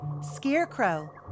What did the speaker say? scarecrow